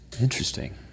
Interesting